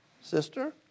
sister